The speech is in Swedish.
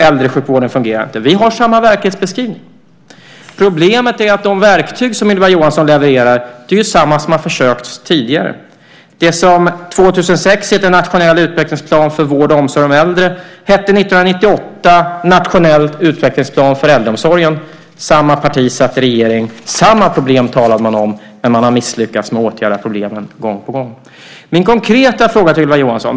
Äldresjukvården fungerar inte. Vi har samma verklighetsbeskrivning. Problemet är att de verktyg som Ylva Johansson levererar är desamma som man har försökt med tidigare. Det som 2006 heter Nationell utvecklingsplan för vård och omsorg av äldre hette 1998 Nationell utvecklingsplan för äldreomsorgen. Samma parti satt i regeringen och samma problem talade man om, men man har misslyckats med att åtgärda problemet gång på gång. Jag har en konkret fråga till Ylva Johansson.